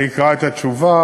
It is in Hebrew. אני אקרא את התשובה,